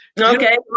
Okay